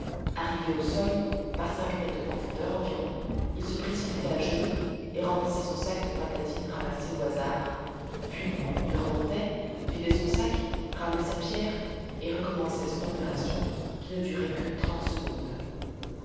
arrivé au sol par cinq mètres de profondeur environ il se précipitait à genoux et remplissait son sac de pintadines ramassées au hasard puis il remontait vidait son sac ramenait sa pierre et recommençait son opération qui ne durait que trente secondes